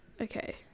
Okay